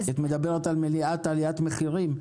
כי את מדברת על מניעת עליית מחירים.